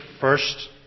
first